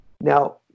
Now